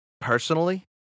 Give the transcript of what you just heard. personally